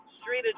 street